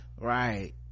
right